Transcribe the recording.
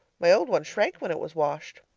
my old one shrank when it was washed.